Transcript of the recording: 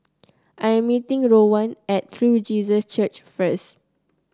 I am meeting Rowan at True Jesus Church first